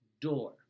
door